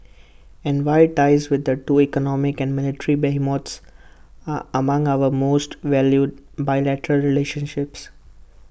and why ties with the two economic and military behemoths are among our most valued bilateral relationships